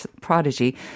Prodigy